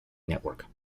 network